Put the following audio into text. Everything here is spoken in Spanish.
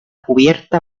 cubierta